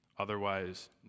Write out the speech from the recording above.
Otherwise